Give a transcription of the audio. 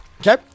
Okay